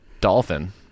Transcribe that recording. dolphin